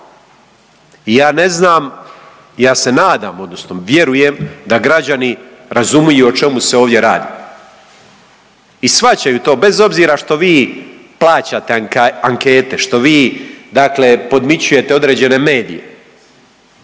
I ja ne znam, ja se nadam, odnosno vjerujem da građani razumiju o čemu se ovdje radi i shvaćaju to, bez obzira što vi plaćate ankete, što vi dakle podmićujete određene medije.